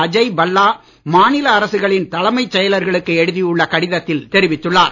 அஜய் பல்லா மாநில அரசுகளின் தலைமைச் செயலர்களுக்கு எழுதியுள்ள கடிதத்தில் தெரிவித்துள்ளார்